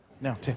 No